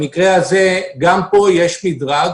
במקרה הזה, גם פה יש מדרג.